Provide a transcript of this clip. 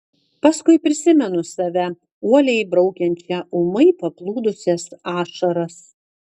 paskui prisimenu save uoliai braukiančią ūmai paplūdusias ašaras